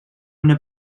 una